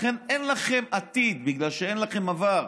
לכן אין לכם עתיד, בגלל שאין לכם עבר.